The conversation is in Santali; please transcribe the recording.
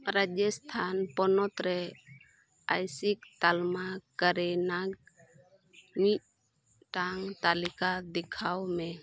ᱨᱟᱡᱚᱥᱛᱷᱟᱱ ᱯᱚᱱᱚᱛ ᱨᱮ ᱮᱥᱤᱠ ᱛᱟᱞᱢᱟ ᱠᱚᱨᱮᱱᱟᱜ ᱢᱤᱫᱴᱟᱝ ᱛᱟᱞᱤᱠᱟ ᱫᱮᱠᱷᱟᱣᱢᱮ